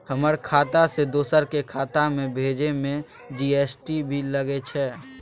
हमर खाता से दोसर के खाता में भेजै में जी.एस.टी भी लगैछे?